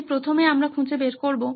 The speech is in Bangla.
তাই প্রথমে আমরা খুঁজে বের করবো